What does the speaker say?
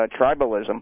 tribalism